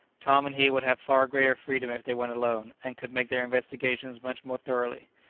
tom and he would have far greater freedom if they went alone, and could make their investigations much more thoroughly.